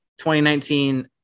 2019